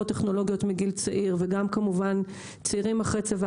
טכנולוגיות מגיל צעיר וגם בצעירים אחרי צבא,